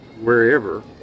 wherever